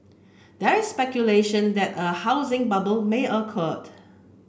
there is speculation that a housing bubble may occur